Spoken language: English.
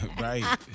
Right